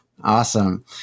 Awesome